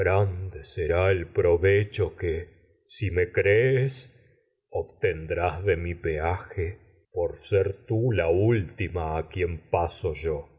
será el provecho drás de mi si me crees obten yo peaje por ser tú la última a quien paso con